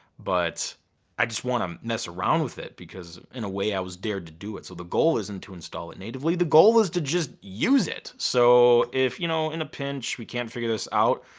but i just wanna mess around with it because, in a way, i was dared to do it. so the goal isn't to install it natively. the goal is to just use it. so if, you know in a pinch, we can't figure this out,